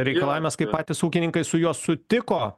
reikalavimas kai patys ūkininkai su juo sutiko